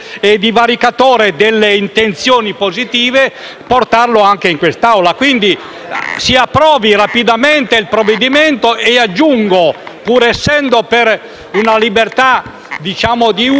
portarlo anche in quest'Aula. Si approvi rapidamente il provvedimento e aggiungo, pur essendo favorevole ad una libertà di uso delle droghe leggere